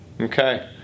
Okay